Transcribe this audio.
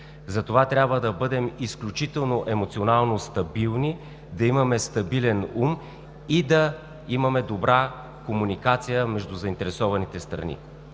Затова трябва да бъдем изключително емоционално стабилни, да имаме стабилен ум и да имаме добра комуникация между заинтересованите страни.